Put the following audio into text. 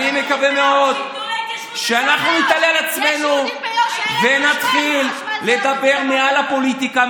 אני מקווה מאוד שאנחנו נתעלה על עצמנו ונתחיל לדבר מעל הפוליטיקה,